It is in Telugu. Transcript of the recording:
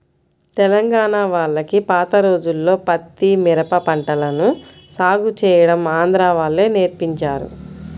తెలంగాణా వాళ్లకి పాత రోజుల్లో పత్తి, మిరప పంటలను సాగు చేయడం ఆంధ్రా వాళ్ళే నేర్పించారు